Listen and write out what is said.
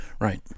Right